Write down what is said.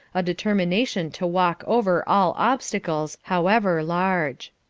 a determination to walk over all obstacles, however large.